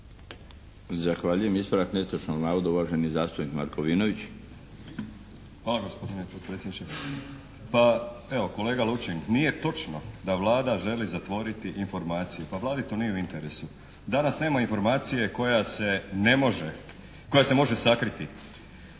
Zahvaljujem. Ispravak netočnog navoda, uvaženi zastupnik Markovinović. **Markovinović, Krunoslav (HDZ)** Hvala gospodine potpredsjedniče. Pa evo kolega Lučin nije točno da Vlada želi zatvoriti informacije. Pa Vladi to nije u interesu. Danas nema informacije koja se ne može, koja se može sakriti